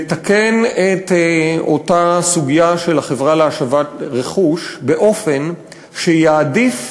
לתקן את אותה סוגיה של החברה להשבת רכוש באופן שיעדיף